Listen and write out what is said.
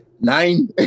nine